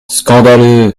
scandaleux